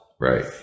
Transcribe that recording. Right